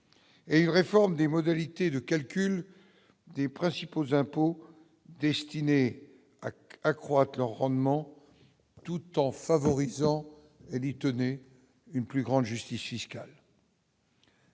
et une réforme des modalités de calcul des principaux impôts destiné à qu'accroître leur rendement tout en favorisant les donner une plus grande justice fiscale.